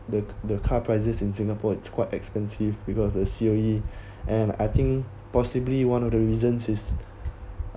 the the car prices in singapore it's quite expensive because the C_O_E and I think possibly one of the reasons is